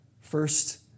First